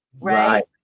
right